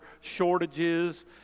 shortages